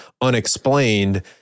unexplained